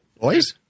Boys